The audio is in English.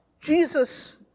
Jesus